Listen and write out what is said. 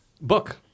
Book